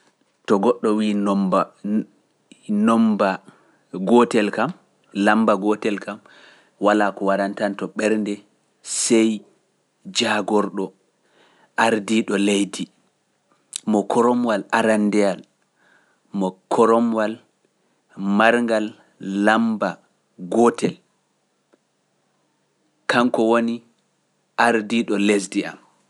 To goɗɗo wiinomba gote kam, lammba gote kam, walaa ko waɗantanto ɓernde sey jagorɗo ardiiɗo leydi mo koromwal arandeal mo koromwal marngal lammba gote, kanko woni ardiiɗo lesdi am.